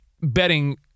betting